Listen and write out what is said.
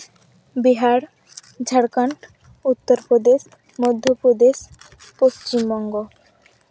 Bihar Jharkhand Uttar Pradesh Madhya Pradesh Paschim Banga